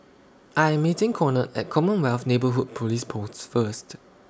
I Am meeting Conard At Commonwealth Neighbourhood Police Post First